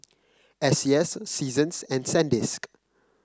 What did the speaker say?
S C S Seasons and Sandisk